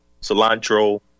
cilantro